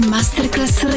Masterclass